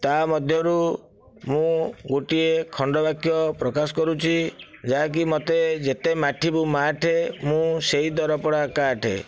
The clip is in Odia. ତା ମଧ୍ୟରୁ ମୁଁ ଗୋଟିଏ ଖଣ୍ଡବାକ୍ୟ ପ୍ରକାଶ କରୁଛି ଯାହାକି ମୋତେ ଯେତେ ମାଠିବୁ ମାଠେ ମୁଁ ସେହି ଦରପଡ଼ା କାଠେ